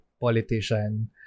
politician